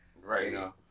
Right